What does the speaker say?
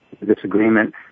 Disagreement